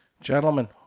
Gentlemen